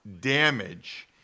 damage